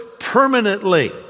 permanently